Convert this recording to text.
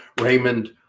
Raymond